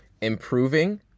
improving